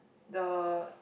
the